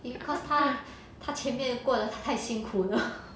because 他他前面过得太辛苦了